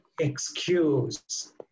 excuse